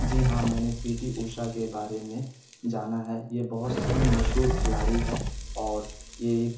جی ہاں میں نے پی ٹی اوشا کے بارے میں جانا ہے یہ بہت ہی مشہور کھلاڑی ہے اور یہ ایک